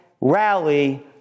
rally